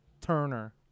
Turner